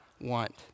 want